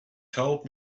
told